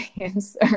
answer